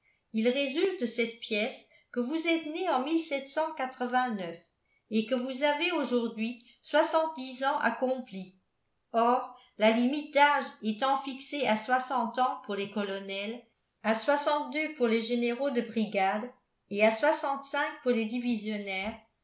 il résulte de cette pièce que vous êtes né en et que vous avez aujourd'hui soixante-dix ans accomplis or la limite d'âge étant fixée à soixante ans pour les colonels à soixantedeux pour les généraux de brigade et à soixante-cinq pour les divisionnaires